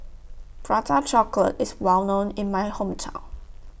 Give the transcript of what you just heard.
Prata Chocolate IS Well known in My Hometown